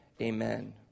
Amen